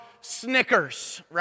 Snickers